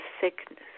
sickness